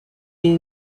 est